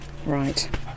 right